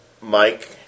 Mike